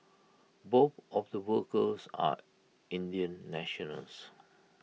both of the workers are Indian nationals